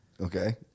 Okay